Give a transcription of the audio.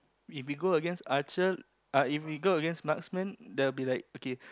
if we go against archer uh if we go against marksman there'll be like okay